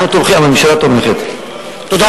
התוצאה